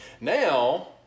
Now